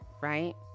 right